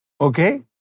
Okay